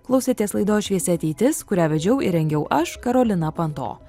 klausėtės laidos šviesi ateitis kurią vedžiau ir rengiau aš karolina panto